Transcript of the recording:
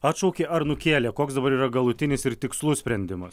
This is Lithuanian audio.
atšaukė ar nukėlė koks dabar yra galutinis ir tikslus sprendimas